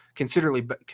considerably